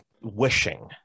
wishing